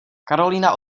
karolína